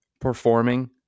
performing